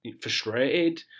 frustrated